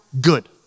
good